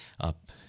up